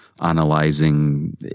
analyzing